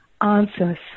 answers